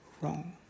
wrong